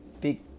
Big